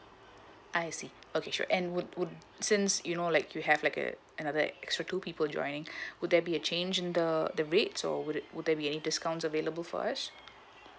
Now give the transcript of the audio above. I see okay sure and would would since you know like you have like uh another extra two people joining would there be a change in the the rate so would it would there be any discounts available for us